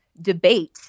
debate